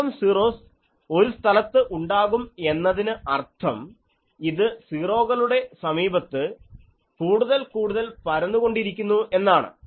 അനേകം സീറോസ് ഒരു സ്ഥലത്ത് ഉണ്ടാകും എന്നതിന് അർത്ഥം ഇത് സീറോകളുടെ സമീപത്ത് കൂടുതൽ കൂടുതൽ പരന്നുകൊണ്ടിരിക്കുന്നു എന്നാണ്